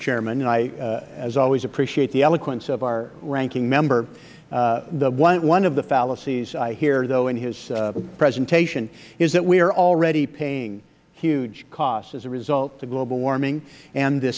chairman i as always appreciate the eloquence of our ranking member one of the fallacies i hear though in his presentation is that we are already paying huge costs as a result of global warming and the